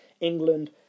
England